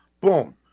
boom